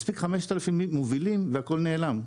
מספיק 5,000 מובילים, והכול נעלם.